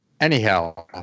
Anyhow